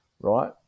right